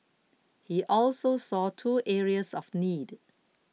he also saw two areas of need